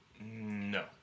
No